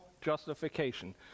justification